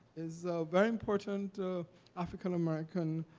is a very important african american